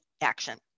action